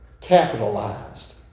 capitalized